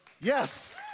Yes